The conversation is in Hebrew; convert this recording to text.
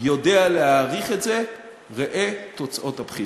יודע להעריך את זה, ראה תוצאות הבחירות.